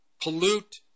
Pollute